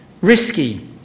Risky